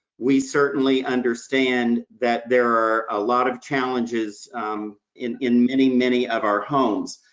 we certainly understand that there are a lot of challenges in in many, many of our homes.